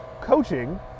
coaching